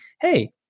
hey